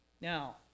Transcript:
Now